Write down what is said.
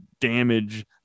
damage